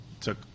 took